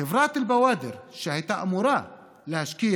חברת אל-בוואדר, שהייתה אמורה להשקיע